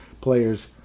players